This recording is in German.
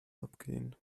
abgehen